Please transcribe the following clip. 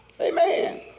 Amen